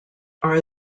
are